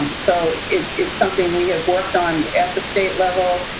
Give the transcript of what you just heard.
um so it's it's something we have worked on at the state level,